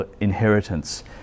inheritance